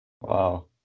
Wow